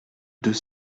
deux